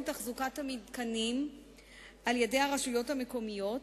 תחזוקת המתקנים על-ידי הרשויות המקומיות,